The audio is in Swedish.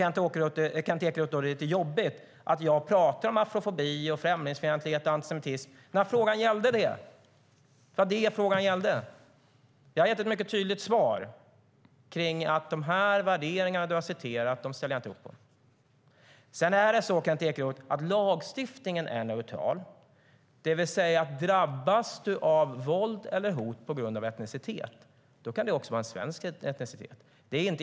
Kent Ekeroth tycker att det är lite jobbigt att jag talar om afrofobi, främlingsfientlighet och antisemitism. Frågan gällde det! Det var det som frågan gällde. Jag har gett ett mycket tydligt svar om att jag inte ställer upp på de värderingar som du har citerat. Lagstiftningen är neutral, Kent Ekeroth. Det betyder att om du drabbas av våld eller hot på grund av etnicitet kan det också vara svensk etnicitet.